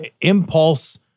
impulse